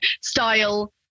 style